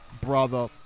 brother